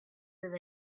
with